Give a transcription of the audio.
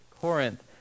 Corinth